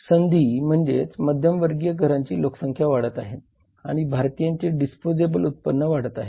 संधी म्हणजे मध्यमवर्गीय घरांची लोकसंख्या वाढत आहे आणि भारतीयांचे डिस्पोजेबल उत्पन्न वाढत आहे